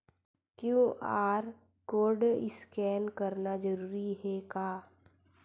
QR code scan करना जरूरी हे का?